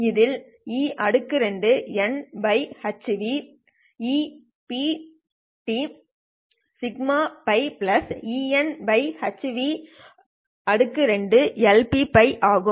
இது e2η hν EP δτeηhν2 Lpτ ஆகும்